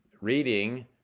reading